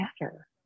matter